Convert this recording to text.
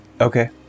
Okay